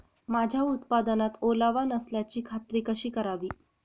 माझ्या उत्पादनात ओलावा नसल्याची खात्री कशी करावी?